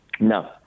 No